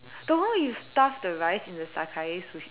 the more you stuff the rice in the Sakae Sushi